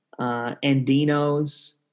Andino's